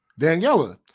Daniela